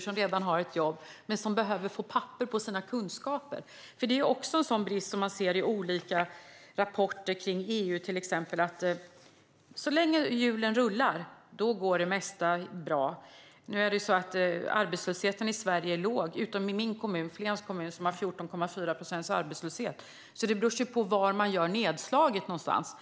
som redan har ett jobb och som behöver få papper på sina kunskaper? Det är nämligen en brist som man ser i olika rapporter kring EU, till exempel. Så länge hjulen rullar går det mesta bra. Arbetslösheten i Sverige är låg utom i min kommun, Flens kommun, som har 14,4 procents arbetslöshet - det beror alltså på var man gör nedslaget någonstans.